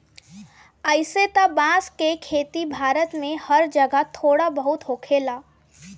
अइसे त बांस के खेती भारत में हर जगह थोड़ा बहुत होखेला